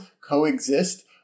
coexist